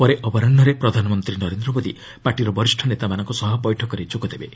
ପରେ ଅପରାହ୍ନରେ ପ୍ରଧାନମନ୍ତ୍ରୀ ନରେନ୍ଦ୍ର ମୋଦି ପାର୍ଟିର ବରିଷ୍ଠ ନେତାମାନଙ୍କ ସହ ବୈଠକରେ ଯୋଗ ଦେବେ